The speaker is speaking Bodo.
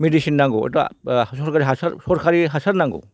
मेदिसिन नांगौ हयथ' सरखारि हासार सरकारि हासार नांगौ